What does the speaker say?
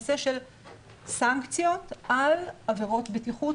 סנקציות על עבירות בטיחות,